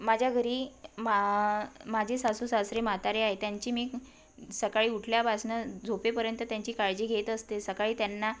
माझ्या घरी मा माझे सासू सासरे म्हातारे आहे त्यांची मी सकाळी उठल्यापासून झोपेपर्यंत त्यांची काळजी घेत असते सकाळी त्यांना